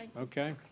Okay